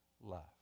love